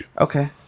okay